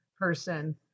person